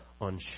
on